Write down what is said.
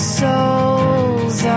souls